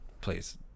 Please